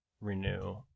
renew